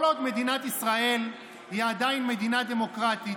כל עוד מדינת ישראל היא עדיין מדינה דמוקרטית,